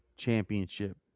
championship